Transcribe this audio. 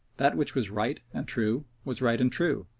that which was right and true was right and true,